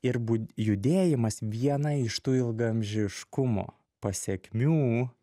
ir bud judėjimas viena iš tų ilgaamžiškumo pasekmių